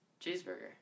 Cheeseburger